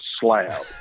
slab